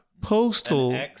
Postal